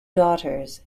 daughters